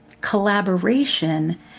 collaboration